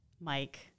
Mike